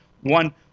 one